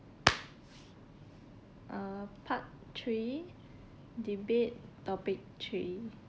uh part three debate topic three